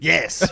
Yes